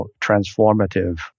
transformative